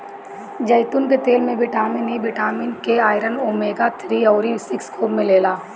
जैतून के तेल में vitamin E, vitamin K, iron, omega three अउरी सिक्स खूब मिलेला